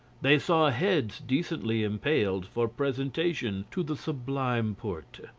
they saw heads decently impaled for presentation to the sublime porte.